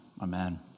amen